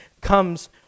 comes